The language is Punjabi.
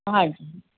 ਹਾਂਜੀ